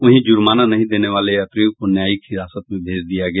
वहीं जुर्माना नहीं देनेवाले यात्रियों को न्यायिक हिरासत में भेज दिया गया